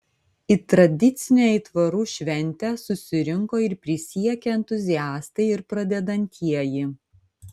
į tradicinę aitvarų šventę susirinko ir prisiekę entuziastai ir pradedantieji